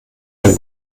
denn